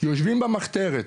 יושבים במחתרת,